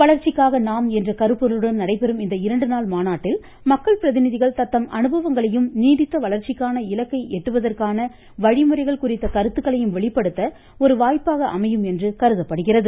வளர்ச்சிக்காக நாம் என்ற கருப்பொருளுடன் நடைபெறும் இந்த இரண்டு நாள் மாநாட்டில் மக்கள் பிரதிநிதிகள் தத்தம் அனுபவங்களையும் நீடித்த வளர்ச்சிக்கான இலக்கை எட்டுவதற்கான வழிமுறைகள் குறித்த கருத்துக்களையும் வெளிப்படுத்த ஒரு வாய்ப்பாக அமையும் என்று கருதப்படுகிறது